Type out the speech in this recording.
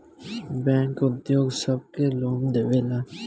bank उद्योग सब के लोन देवेला